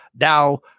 now